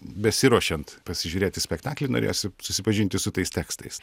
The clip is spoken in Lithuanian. besiruošiant pasižiūrėti spektaklį norėjosi susipažinti su tais tekstais